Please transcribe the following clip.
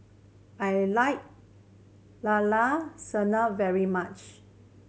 I like Llao Llao Sanum very much